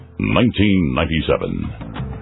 1997